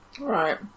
Right